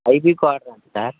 IB quarter sir